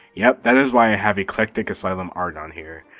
yep, that is why i have eclectic asylum art on here.